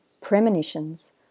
premonitions